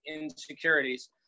insecurities